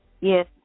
Yes